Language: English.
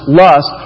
lust